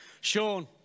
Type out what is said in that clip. Sean